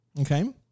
Okay